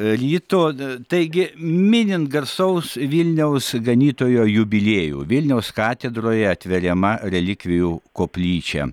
rytu taigi minint garsaus vilniaus ganytojo jubiliejų vilniaus katedroje atveriama relikvijų koplyčia